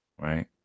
Right